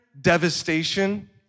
devastation